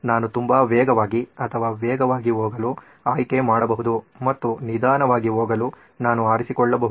ನಾನು ತುಂಬಾ ವೇಗವಾಗಿ ಅಥವಾ ವೇಗವಾಗಿ ಹೋಗಲು ಆಯ್ಕೆ ಮಾಡಬಹುದು ಮತ್ತು ನಿಧಾನವಾಗಿ ಹೋಗಲು ನಾನು ಆರಿಸಿಕೊಳ್ಳಬಹುದು